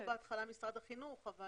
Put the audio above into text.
לכן היה כתוב בהתחלה משרד החינוך.